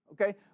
okay